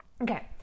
okay